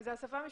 זו שפה משפטית.